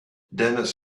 dennis